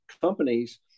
companies